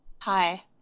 hi